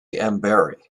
barrie